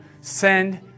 Send